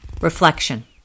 Reflection